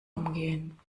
umgehen